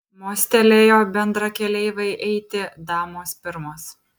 mostelėjo bendrakeleivei eiti damos pirmos